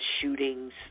shootings